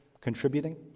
contributing